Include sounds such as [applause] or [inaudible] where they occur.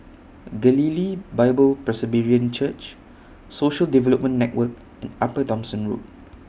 Galilee Bible [unintelligible] Church Social Development Network and Upper Thomson Road